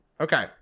Okay